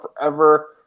forever